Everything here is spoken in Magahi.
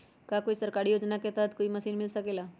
का कोई सरकारी योजना के तहत कोई मशीन मिल सकेला?